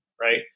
right